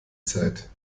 zeit